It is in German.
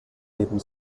neben